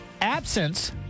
Absence